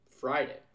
Friday